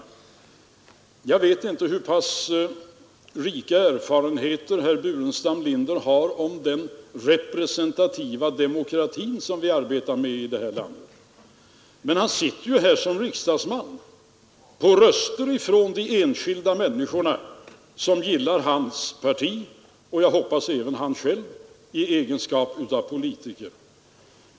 Jag vet inte hur pass rika erfarenheter herr Burenstam Linder har av den representativa demokratin som vi arbetar med här i landet, men han sitter ju här som riksdagsman på röster från de enskilda människor som gillar hans parti och jag hoppas även honom själv i hans egenskap av politiker.